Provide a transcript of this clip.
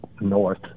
north